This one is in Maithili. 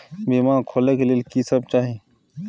बीमा खोले के लेल की सब चाही?